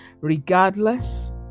regardless